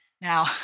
Now